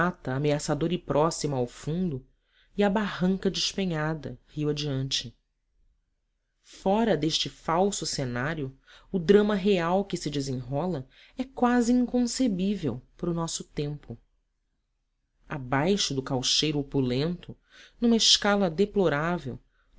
a mata ameaçadora e próxima ao fundo e a barranca despenhada rio adiante fora deste falso cenário o drama real que se desenrola é quase inconcebível para o nosso tempo abaixo do caucheiro opulento numa escala deplorável